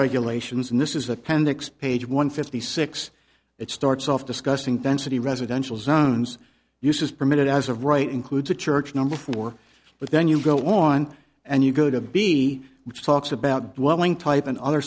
regulations and this is appendix page one fifty six it starts off discussing density residential zones uses permitted as of right includes a church number four but then you go on and you go to be which talks about